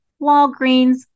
Walgreens